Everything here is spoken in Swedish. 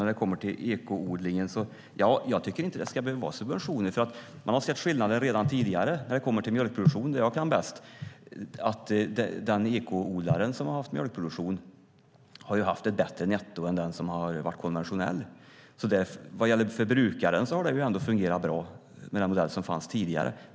När det kommer till ekoodling: Jag tycker inte att det ska behöva vara subventioner. Man har redan tidigare sett skillnader när det kommer till mjölkproduktion, som är det jag kan bäst. Den ekoodlare som har haft mjölkproduktion har haft ett bättre netto än den som har varit konventionell. Vad gäller förbrukaren har det ändå fungerat bra med den modell som fanns tidigare.